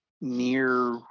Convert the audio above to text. near-